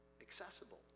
accessible